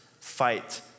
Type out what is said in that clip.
fight